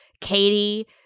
katie